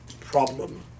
problem